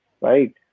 right